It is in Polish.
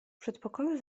przedpokoju